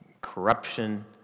corruption